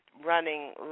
running